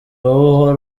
wowe